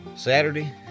Saturday